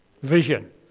Vision